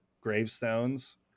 gravestones